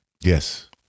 Yes